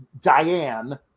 Diane